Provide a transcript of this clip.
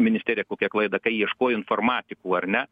ministerija kokią klaidą kai ieškojo informatikų ar ne